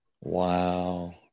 wow